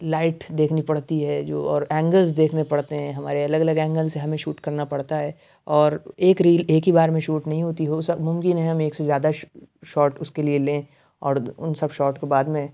light دیکھنی پڑتی ہے جو اور اینگلز دیکھنے پڑتے ہیں ہمارے الگ الگ اینگلز سے ہمیں شوٹ کرنا پڑتا ہے اور ایک ریل ایک ہی بار میں شوٹ نہیں ہوتی ہو ممکن ہے ہمیں ایک سے زیادہ شارٹ اس کے لیے لیں اور ان سب شارٹ کو بعد میں